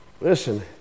Listen